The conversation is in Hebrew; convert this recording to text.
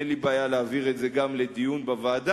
אין לי בעיה להעביר את זה גם לדיון בוועדה.